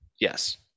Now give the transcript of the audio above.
Yes